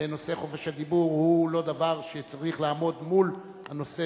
ונושא חופש הדיבור הוא לא דבר שצריך לעמוד מול הנושא